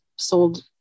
Sold